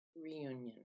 reunion